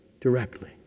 directly